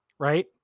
Right